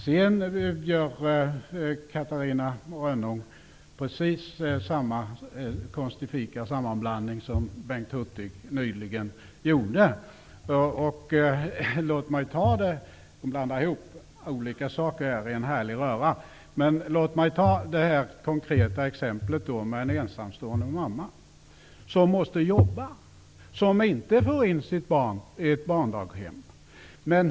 Sedan gör Catarina Rönnung precis samma konstifika sammanblandning som Bengt Hurtig nyss gjorde. Hon blandar ihop olika saker i en härlig röra. Låt mig ta det konkreta exemplet med en ensamstående mamma som måste jobba och som inte får in sitt barn på ett barndaghem.